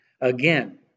Again